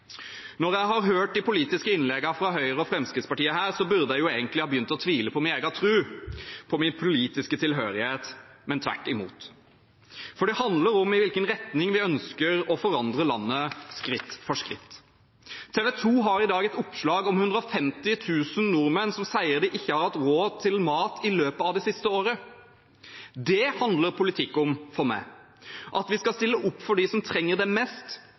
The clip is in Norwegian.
Når jeg har hørt de politiske innleggene fra Høyre og Fremskrittspartiet her, burde jeg jo egentlig ha begynt å tvile på min egen tro, på min politiske tilhørighet, men tvert imot, for det handler om i hvilken retning vi ønsker å forandre landet skritt for skritt. TV 2 har i dag et oppslag om 150 000 nordmenn som sier de ikke har hatt råd til mat i løpet av det siste året. Dette handler politikk om for meg – at vi skal stille opp for dem som trenger det mest,